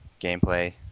gameplay